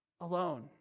alone